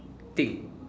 thing